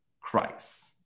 Christ